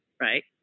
right